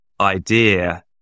idea